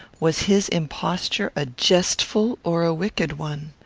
was his imposture a jestful or a wicked one?